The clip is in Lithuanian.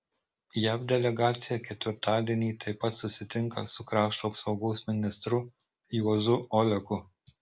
jav delegacija ketvirtadienį taip pat susitinka su krašto apsaugos ministru juozu oleku